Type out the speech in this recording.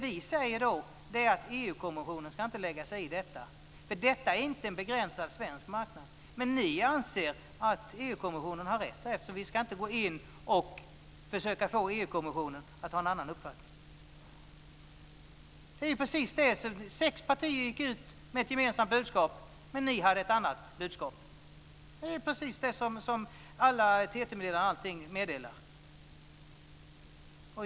Vi säger att EU-kommissionen inte ska lägga sig i detta. Det gäller inte en begränsad svensk marknad. Ni anser dock att EU-kommissionen har rätt och att vi inte ska försöka få EU-kommissionen att ändra uppfattning. Sex partier gick ut med ett gemensamt budskap, men ni hade en annan linje. Det var precis detta som bl.a. alla etermedier har meddelat.